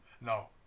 No